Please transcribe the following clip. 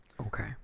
Okay